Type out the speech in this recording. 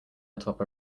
atop